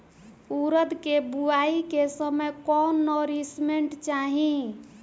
उरद के बुआई के समय कौन नौरिश्मेंट चाही?